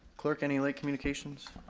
clerk, any late communications?